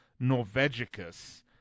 Norvegicus